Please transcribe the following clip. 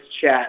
chat